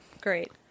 great